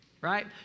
Right